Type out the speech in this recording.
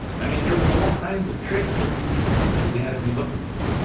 i mean, there was all kinds of tricks that you that we had to be looking for